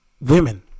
Women